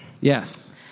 Yes